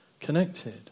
Connected